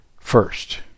first